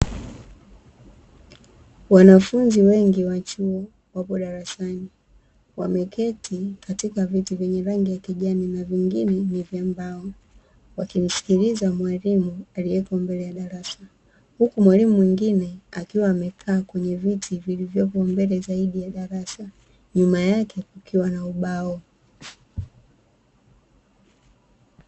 Wanafunzi wengi wa chuo wapo darasani, wameketi katika viti vyenye rangi ya kijani, na vyengine ni vya mbao, wakimsikiliza mwalimu aliyeko mbele ya darasa, huku mwalimu mwingine akiwa amekaa kwenye viti vilivyopo mbele zaidi ya darasa, nyuma yake kukiwa na ubao.